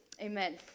Amen